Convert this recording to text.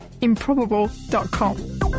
improbable.com